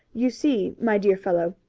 you see, my dear fellow,